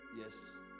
yes